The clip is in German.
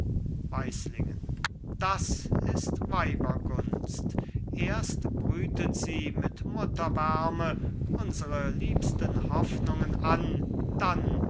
weislingen das ist weibergunst erst brütet sie mit mutterwärme unsere liebsten hoffnungen an dann